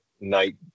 night